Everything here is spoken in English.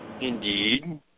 Indeed